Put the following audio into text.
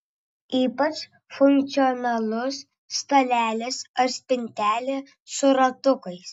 ypač funkcionalus stalelis ar spintelė su ratukais